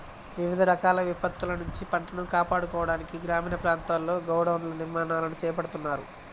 వివిధ రకాల విపత్తుల నుంచి పంటను కాపాడుకోవడానికి గ్రామీణ ప్రాంతాల్లో గోడౌన్ల నిర్మాణాలను చేపడుతున్నారు